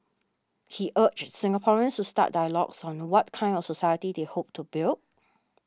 he urged Singaporeans to start dialogues on what kind of society they hope to build